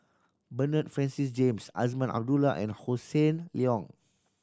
Bernard Francis James Azman Abdullah and Hossan Leong